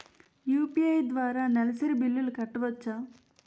UPI ద్వారా నెలసరి బిల్లులు కట్టవచ్చా?